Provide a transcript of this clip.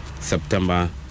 September